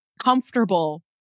comfortable